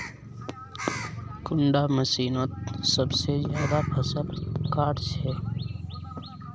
कुंडा मशीनोत सबसे ज्यादा फसल काट छै?